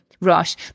rush